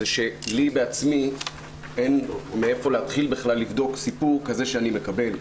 שלי בעצמי אין מאיפה להתחיל בכלל לבדוק סיפור כזה שאני מקבל,